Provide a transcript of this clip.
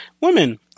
women